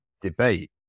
debate